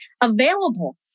available